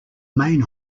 main